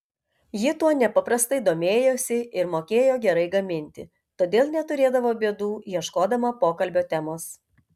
ji tuo nepaprastai domėjosi ir mokėjo gerai gaminti todėl neturėdavo bėdų ieškodama pokalbio temos